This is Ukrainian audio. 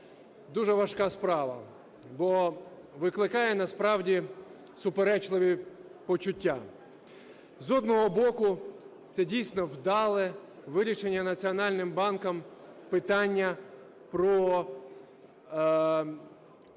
дуже важка справа, бо викликає насправді суперечливі почуття. З одного боку, це дійсно вдале вирішення Національним банком питання про попит,